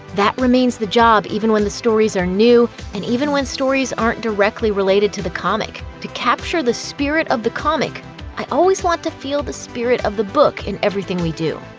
that remains the job even when the stories are new and even when stories aren't directly related to the comic to capture the spirit of the comic i always want to feel the spirit of the book in everything we do.